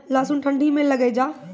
लहसुन ठंडी मे लगे जा?